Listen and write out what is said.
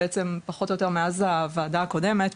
פחות או יותר מאז הוועדה הקודמת,